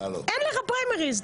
אין לך פריימריז.